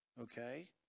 okay